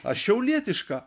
aš šiaulietišką